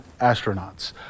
astronauts